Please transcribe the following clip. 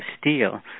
steel